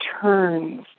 turns